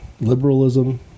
liberalism